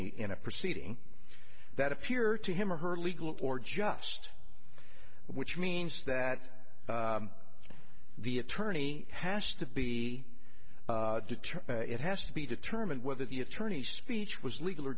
any in a proceeding that appear to him or her legal or just which means that the attorney has to be determined it has to be determined whether the attorney speech was legal or